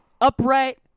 upright